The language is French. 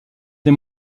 des